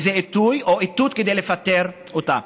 וזה איתות לפטר אותה.